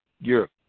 Europe